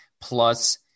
plus